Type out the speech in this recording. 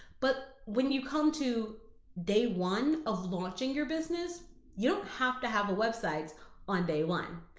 but when you come to day one of launching your business, you don't have to have a websites on day one.